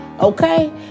okay